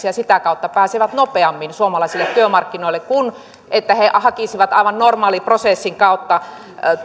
ja sitä kautta pääsevät nopeammin suomalaisille työmarkkinoille kuin että he hakisivat aivan normaaliprosessin kautta